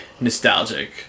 nostalgic